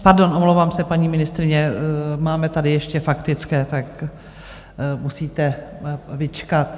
Pardon, omlouvám se, paní ministryně, máme tady ještě faktické, tak musíte vyčkat.